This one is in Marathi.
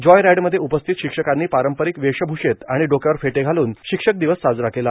जॉय राईडमध्ये उपस्थित शिक्षकांनी पारंपरिक वेशभूषेत आणि डोक्यावर फेटे घालून शिक्षक दिवस साजरा केला